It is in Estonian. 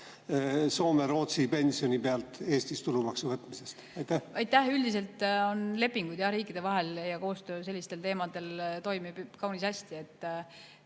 Soome ja Rootsi pensioni pealt Eestis tulumaksu võtmisest? Aitäh! Üldiselt on lepingud riikide vahel ja koostöö sellistel teemadel toimib kaunis hästi.